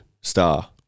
star